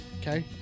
Okay